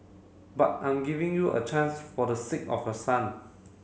but I'm giving you a chance for the sake of your son